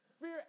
Fear